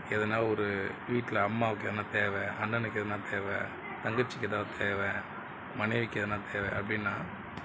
எதனால் ஒரு வீட்டில் அம்மாவுக்கு எதனால் தேவை அண்ணனுக்கு எதனால் தேவை தங்கச்சிக்கு ஏதாவது தேவை மனைவிக்கு எதனால் தேவை அப்படின்னா